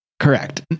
correct